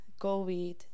COVID